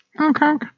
Okay